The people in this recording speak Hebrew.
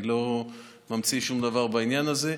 אני לא ממציא שום דבר בעניין הזה,